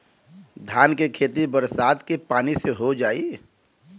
धान के खेती बरसात के पानी से हो जाई?